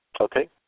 Okay